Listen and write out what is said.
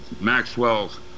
Maxwell's